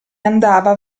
andava